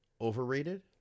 overrated